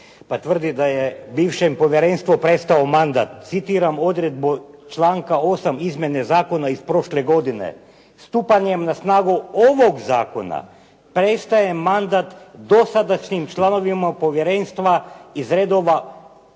pa tvrdi da je bivšem povjerenstvu prestao mandat. Citiram odredbu članka 8. izmjene zakona iz prošle godine: "Stupanjem na snagu ovoga Zakona prestaje mandat dosadašnjim članovima povjerenstva iz uglednika